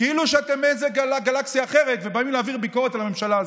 כאילו שאתם מאיזו גלקסיה אחרת ובאים להעביר ביקורת על הממשלה הזאת.